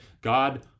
God